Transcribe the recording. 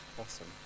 Awesome